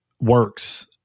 works